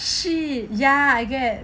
shit ya I get it